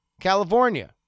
California